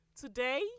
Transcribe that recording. Today